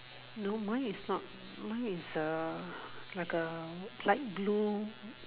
no mine is not mine is err like a light blue